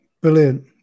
Brilliant